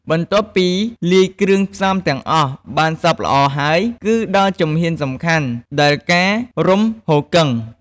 បន្ទាប់ពីលាយគ្រឿងផ្សំទាំងអស់បានសព្វល្អហើយ គឺដល់ជំហានសំខាន់ដែលការរុំហ៊ូគឹង។